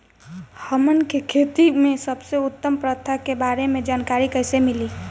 हमन के खेती में सबसे उत्तम प्रथा के बारे में जानकारी कैसे मिली?